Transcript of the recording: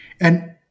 And-